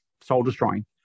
soul-destroying